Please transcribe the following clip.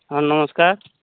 ହଁ ନମସ୍କାର